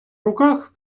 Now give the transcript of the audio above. руках